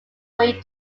way